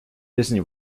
disney